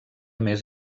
més